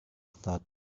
thought